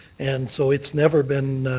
and so it's never been